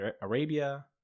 Arabia